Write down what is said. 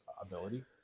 ability